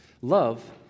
Love